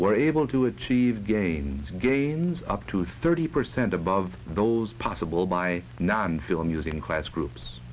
were able to achieve gains gains up to thirty percent above those possible by none feeling used in class groups